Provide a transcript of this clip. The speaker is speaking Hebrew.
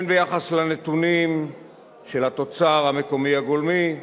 הן ביחס לנתונים של התוצר המקומי הגולמי,